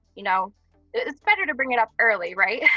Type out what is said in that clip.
you know it's better to bring it up early, right?